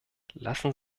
lassen